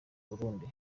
burundi